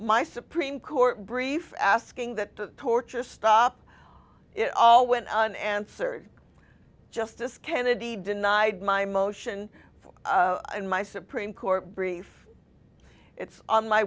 my supreme court brief asking that the torture stop it all went on answered justice kennedy denied my motion for in my supreme court brief it's on my